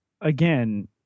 again